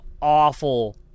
awful